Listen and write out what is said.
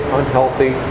unhealthy